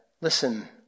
listen